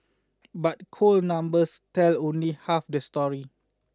but cold numbers tell only half the story